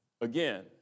again